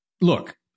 Look